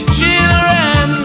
children